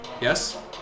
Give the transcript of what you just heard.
Yes